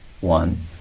One